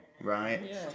right